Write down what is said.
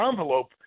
envelope